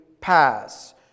pass